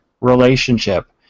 relationship